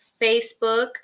Facebook